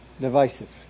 divisive